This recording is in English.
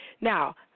Now